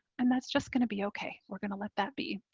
and that's just gonna be okay, we're gonna let that be.